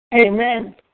Amen